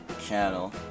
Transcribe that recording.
channel